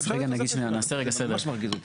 זה ממש מרגיז אותי.